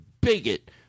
bigot